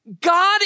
God